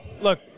look